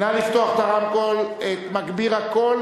אדוני יושב-ראש הכנסת,